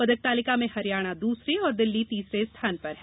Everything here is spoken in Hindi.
पदक तालिका में हरियाणा दूसरे व दिल्ली तीसरे स्थान पर है